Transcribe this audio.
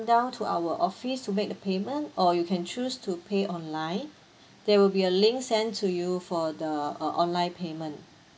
down to our office to make the payment or you can choose to pay online there will be a link sent to you for the uh online payment